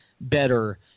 better